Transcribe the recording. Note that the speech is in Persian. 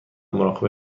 مراقب